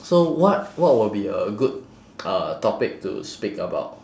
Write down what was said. so what what will be a good uh topic to speak about